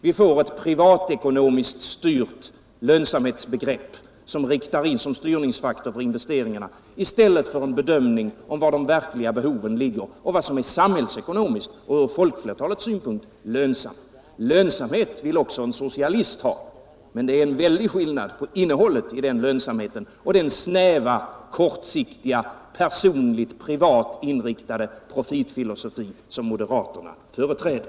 Vi får ett privatekonomiskt styrt lönsamhetsbegrepp som styrningsfaktor för investeringarna i stället för en bedömning av var de verkliga behoven ligger och vad som är samhällsekonomiskt och ur folkflertalets synpunkt lönsamt. Också en socialist vill ha lönsamhet, men det är en väldig skillnad på innehållet i den lönsamheten och den snäva, kortsiktiga, personliga, privat inriktade profitfilosofi som moderaterna företräder.